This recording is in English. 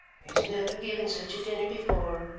he's never given such a dinner before,